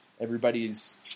Everybody's